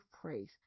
praise